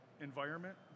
environment